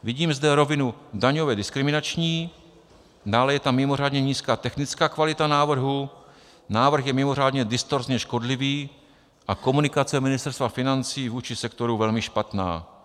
Vidíme zde rovinu daňově diskriminační, dále je tam mimořádně nízká technická kvalita návrhu, návrh je mimořádně distorzně škodlivý a komunikace Ministerstva financí vůči sektoru velmi špatná.